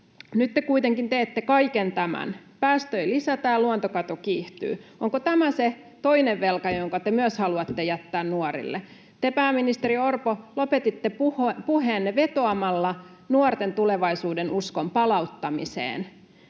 Nyt te kuitenkin teette kaiken tämän: päästöjä lisätään, luontokato kiihtyy. Onko tämä se toinen velka, jonka te myös haluatte jättää nuorille? Te, pääministeri Orpo, lopetitte puheenne vetoamalla nuorten tulevaisuudenuskon palauttamiseen,